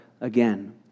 again